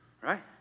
Right